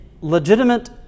legitimate